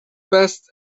best